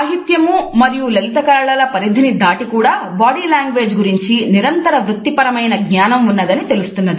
సాహిత్యము మరియు లలిత కళల పరిధిని దాటి కూడా బాడీ లాంగ్వేజ్ గురించి నిరంతర వృత్తిపరమైన జ్ఞానము ఉన్నదని తెలుస్తున్నది